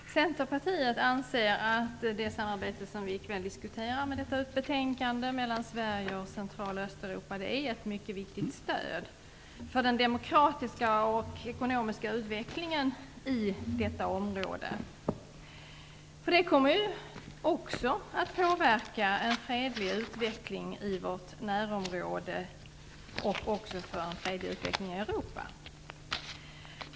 Fru talman! Centerpartiet anser att det samarbete mellan Sverige och Central och Östeuropa vi i kväll diskuterar i anledning av betänkandet är ett mycket viktigt stöd för den demokratiska och ekonomiska utvecklingen i detta område. Det kommer också att påverka mot en fredlig utveckling i vårt närområde och i Europa.